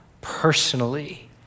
personally